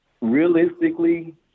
Realistically